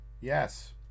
Yes